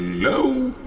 no,